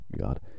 God